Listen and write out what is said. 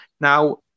Now